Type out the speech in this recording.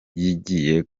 yigiye